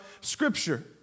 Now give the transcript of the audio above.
Scripture